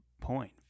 point